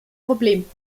problem